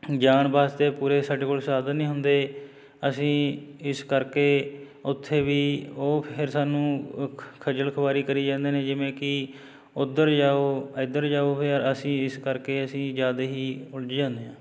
ਜਾਣ ਵਾਸਤੇ ਪੂਰੇ ਸਾਡੇ ਕੋਲ ਸਾਧਨ ਨਹੀਂ ਹੁੰਦੇ ਅਸੀਂ ਇਸ ਕਰਕੇ ਉੱਥੇ ਵੀ ਉਹ ਫਿਰ ਸਾਨੂੰ ਖੱਜਲ ਖ਼ੁਆਰੀ ਕਰੀ ਜਾਂਦੇ ਨੇ ਜਿਵੇਂ ਕਿ ਉੱਧਰ ਜਾਓ ਇੱਧਰ ਜਾਓ ਵੀ ਅਸੀਂ ਇਸ ਕਰਕੇ ਅਸੀਂ ਜ਼ਿਆਦਾ ਹੀ ਉਲਝ ਜਾਂਦੇ ਹਾਂ